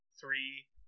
three